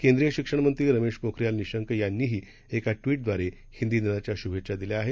केंद्रीय शिक्षणमंत्री रमेश पोखरियाल निशंक यांनीही एका ट्वि दवारे हिंदी दिनाच्या शुभेच्छा दिल्या आहेत